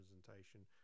representation